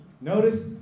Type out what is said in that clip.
notice